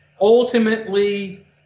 Ultimately